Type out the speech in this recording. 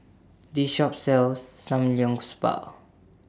This Shop sells